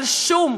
אבל שום,